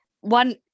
One